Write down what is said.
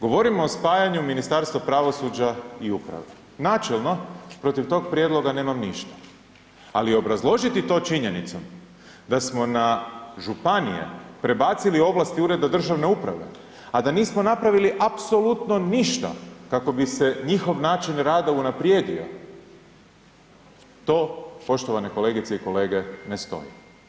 Govorimo o spajanju Ministarstva pravosuđa i uprave, načelno, protiv tog prijedloga nemam ništa, ali obrazložiti to činjenicom da smo na županije prebacili ovlasti ureda državne uprave, a da nismo napravili apsolutno ništa kako bi se njihov način rada unaprijedio, to poštovane kolegice i kolege ne stoji.